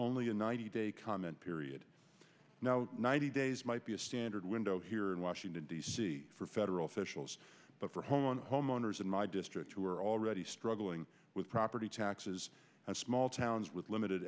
only a ninety day comment period now ninety days might be a standard window here in washington d c for federal officials but for home on homeowners in my district who are already struggling with property taxes and small towns with limited